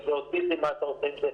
אם זה אוטיסטים מה אתה עושה עם זה.